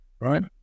right